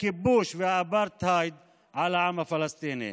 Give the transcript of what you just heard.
הכיבוש והאפרטהייד על העם הפלסטיני.